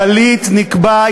הפליט נקבע.